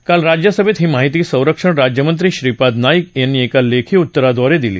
काल राज्यसभेत ही माहिती संरक्षण राज्यमंत्री श्रीपाद नाईक यांनी एका लेखी उत्तराद्वारे दिली